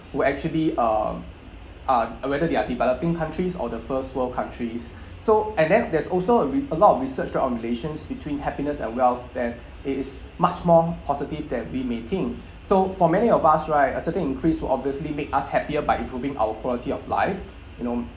who actually um uh whether they are developing countries or the first world countries so and then there's also a re~ a lot of research on relations between happiness and wealth that it is much more positive than we may think so for many of us right a certain increase will obviously make us happier by improving our quality of life you know